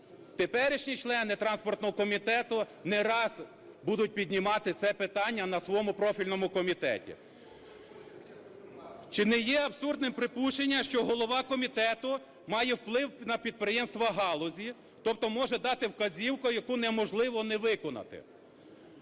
теперішні члени транспортного комітету не раз будуть піднімати це питання на своєму профільному комітеті. Чи не є абсурдним припущення, що голова комітету має вплив на підприємства галузі, тобто може дати вказівку, яку неможливо не виконати.